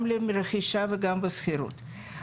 גם לרכישה וגם לשכירות.